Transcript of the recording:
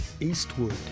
Eastwood